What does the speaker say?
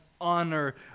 honor